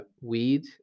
weed